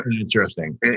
Interesting